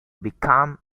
become